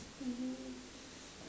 mmhmm